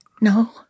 No